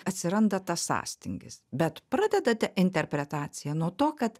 atsiranda tas sąstingis bet pradedate interpretaciją nuo to kad